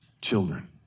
children